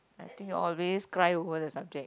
I think you always cry over the subject